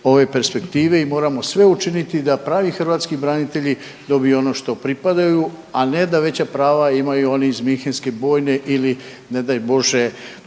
ove perspektive i moramo sve učiniti da pravi hrvatski branitelji dobiju ono pripadaju a ne da veća prava imaju oni iz minhenske bojne ili ne daj Bože,